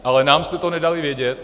Ale nám jste to nedali vědět.